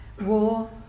war